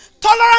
Tolerance